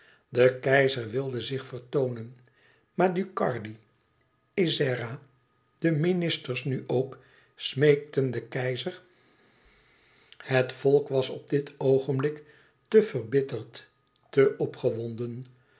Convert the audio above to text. de keizer wilde zich vertoonen maar ducardi ezzera de ministers nu ook smeekten den keizer het volk was op dit oogenblik te verbitterd te opgewonden